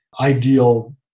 ideal